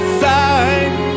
side